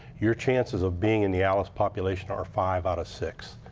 your chances of being in the alice population are five out of six.